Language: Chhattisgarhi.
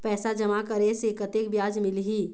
पैसा जमा करे से कतेक ब्याज मिलही?